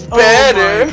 better